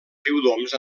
riudoms